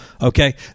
Okay